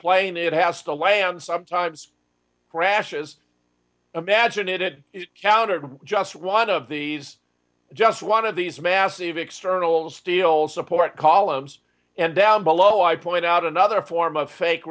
plane it has to lay on sometimes crashes imagine it it sounded just one of these just one of these massive external steel support columns and down below i point out another form of fake